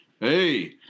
hey